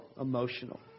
emotional